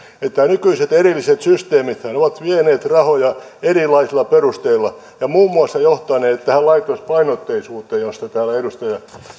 nykyiset erilliset systeemithän ovat vieneet rahoja erilaisilla perusteilla ja muun muassa johtaneet tähän laitospainotteisuuteen johon täällä edustaja